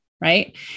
right